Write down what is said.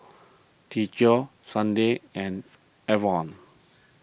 Teddie Sunday and Evon